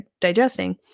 digesting